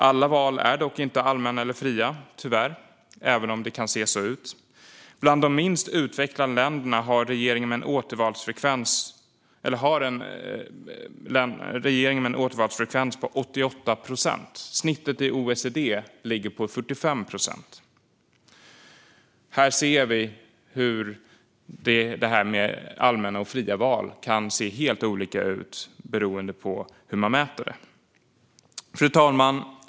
Alla val är dock inte allmänna eller fria, tyvärr, även om det kan se så ut. Bland de minst utvecklade länderna har regeringar en återvalsfrekvens på 88 procent. Snittet i OECD ligger på 45 procent. Här ser vi hur detta med allmänna och fria val kan se helt olika ut beroende på hur man mäter det. Fru talman!